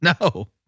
No